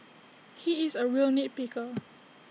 he is A real nit picker